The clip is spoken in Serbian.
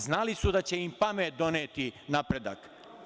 Znali su da će im pamet doneti napredak.